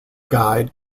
guide